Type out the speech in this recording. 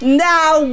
now